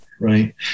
right